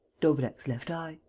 daubrecq's left eye.